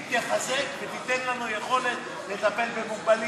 היא תחזק ותיתן לנו יכולת לטפל במוגבלים,